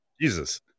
Jesus